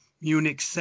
Munich